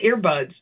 earbuds